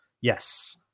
yes